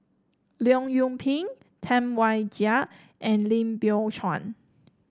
Leong Yoon Pin Tam Wai Jia and Lim Biow Chuan